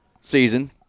season